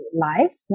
life